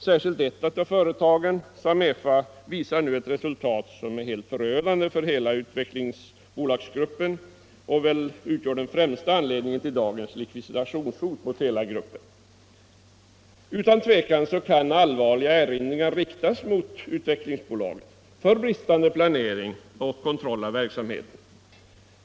Särskilt ett av företagen, SAMEFA, visar nu ett resultat som är förödande för hela utvecklingsbolagsgruppen och som väl utgör den främsta anledningen till dagens likvidationshot för gruppen. Utan tvivel kan allvarliga erinringar riktas mot Utvecklingsbolaget för bristande planering och kontroll av verksamheten.